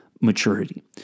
maturity